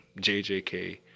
JJK